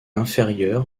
inférieur